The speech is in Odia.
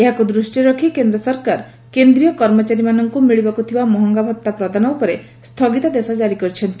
ଏହାକୁ ଦୃଷିରେ ରଖି କେନ୍ଦ୍ର ସରକାର କେନ୍ଦ୍ରୀୟ କର୍ମଚାରୀମାନଙ୍କୁ ମିଳିବାକୁ ଥିବା ମହଙ୍ଗା ଭତ୍ତା ପ୍ରଦାନ ଉପରେ ସ୍ଥଗିତାଦେଶ କାରି କରିଛନ୍ତି